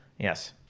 Yes